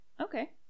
Okay